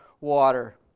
water